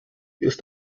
ist